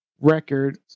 record